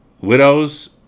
Widows